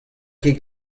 ket